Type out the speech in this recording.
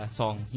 song